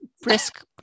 brisk